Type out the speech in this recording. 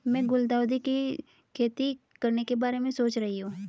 मैं गुलदाउदी की खेती करने के बारे में सोच रही हूं